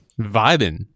Vibing